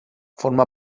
forma